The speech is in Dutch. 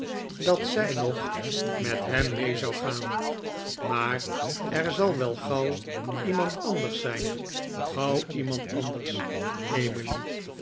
dat zij nog met hem mee zou gaan maar er zal wel gauw iemand anders zijn gauw iemand anders emily